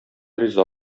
риза